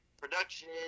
production